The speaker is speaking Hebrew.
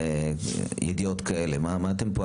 איך אתם,